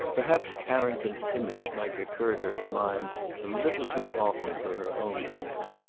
perhaps carrington's image might recur to her mind a little too often for her own comfort.